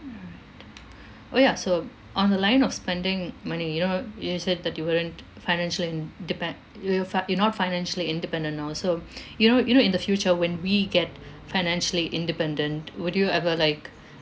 orh ya so on the line of spending money you know you said that you weren't financially indepen~ you you fi~ you're not financially independent also you know you know in the future when we get financially independent would you ever like